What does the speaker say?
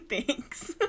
thanks